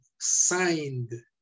signed